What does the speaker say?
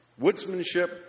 woodsmanship